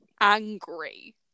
angry